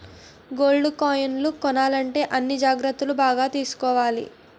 gold కాయిన్లు కొనాలంటే అన్ని జాగ్రత్తలు బాగా తీసుకోవాలి